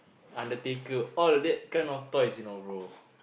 Undertaker all that kind of toys you know brother